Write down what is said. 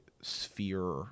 sphere